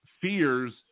fears